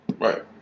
right